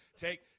Take